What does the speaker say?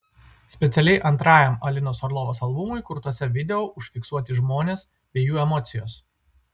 specialiai antrajam alinos orlovos albumui kurtuose video užfiksuoti žmones bei jų emocijos